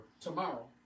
Tomorrow